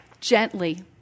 gently